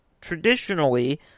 traditionally